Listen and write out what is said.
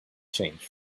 change